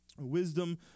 Wisdom